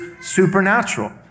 supernatural